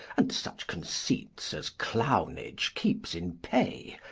and such conceits as clownage keeps in pay,